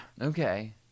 Okay